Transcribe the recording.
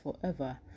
forever